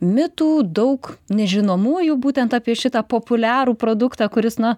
mitų daug nežinomųjų būtent apie šitą populiarų produktą kuris na